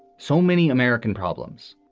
so many american problems,